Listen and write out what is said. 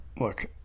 Look